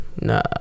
Nah